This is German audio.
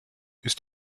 ist